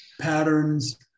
patterns